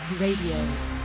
Radio